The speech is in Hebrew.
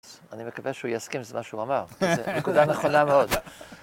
אני מקווה שהוא יסכים עם מה שהוא אמר, זה נקודה נכונה מאוד.